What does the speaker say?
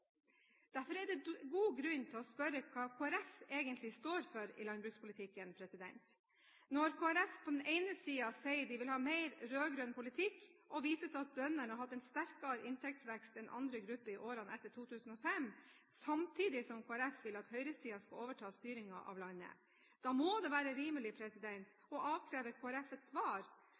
Derfor er det god grunn til å spørre hva Kristelig Folkeparti egentlig står for i landbrukspolitikken, når de på den ene siden sier at de vil ha mer rød-grønn politikk, og viser til at bøndene har hatt en sterkere inntektsvekst enn andre grupper i årene etter 2005, samtidig som de vil at høyresiden skal overta styringen av landet. Da må det være rimelig å avkreve Kristelig Folkeparti et svar: